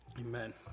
Amen